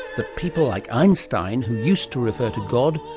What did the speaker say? that people like einstein who used to refer to god,